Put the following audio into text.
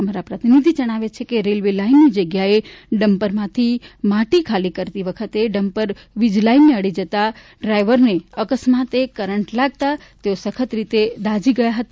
અમારા પ્રતિનિધિ જણાવે છે કે રેલવે લાઇનની જગ્યાએ ડમ્પરમાંથી માટી ખાલી કરતી વખતે ડમ્પર વીજ લાઇનને અડી જતા ડ્રાઇવરને અકસ્માતે કરંટ લાગતા તેઓ સખત રીતે દાઝી ગયા હતા